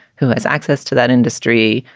who has access to that industry?